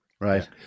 Right